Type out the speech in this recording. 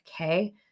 okay